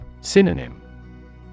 Synonym